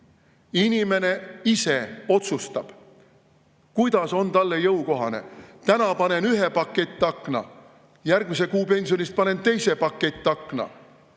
Inimene ise otsustab, kuidas on talle jõukohane. Täna panen ühe pakettakna, järgmise kuu pensionist panen teise pakettakna.